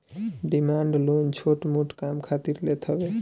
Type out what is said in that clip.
demand loan छोट मोट काम खातिर लेत हवे